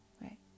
right